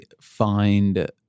find